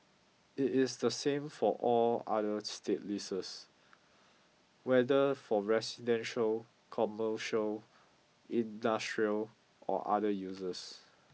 it is the same for all other state leases whether for residential commercial industrial or other uses